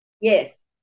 Yes